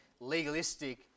Legalistic